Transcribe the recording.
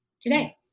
today